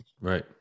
right